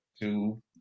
two